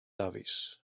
dafis